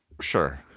Sure